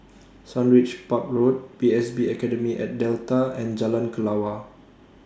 Sundridge Park Road P S B Academy At Delta and Jalan Kelawar